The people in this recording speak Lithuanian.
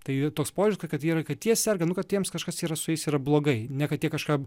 tai toks požiūris kad yra kad jie serga nu kad jiems kažkas yra su jais yra blogai ne kad jie kažką